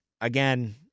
Again